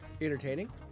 entertaining